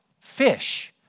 fish